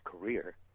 career